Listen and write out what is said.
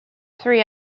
three